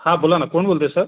हां बोला ना कोण बोलतं आहे सर